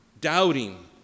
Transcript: doubting